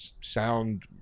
sound